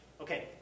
Okay